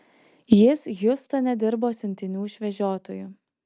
jis hjustone dirbo siuntinių išvežiotoju